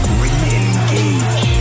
re-engage